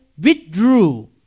withdrew